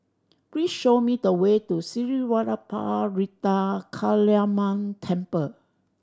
please show me the way to Sri Vadapathira Kaliamman Temple